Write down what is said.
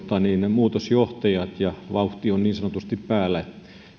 muutosjohtajat ja vauhti on niin sanotusti päällä